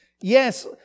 Yes